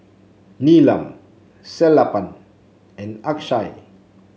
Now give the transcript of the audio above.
Neelam Sellapan and Akshay